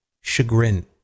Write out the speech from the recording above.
Chagrin